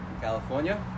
California